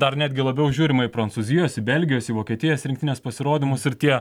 dar netgi labiau žiūrima į prancūzijos į belgijos į vokietijos rinktinės pasirodymus ir tie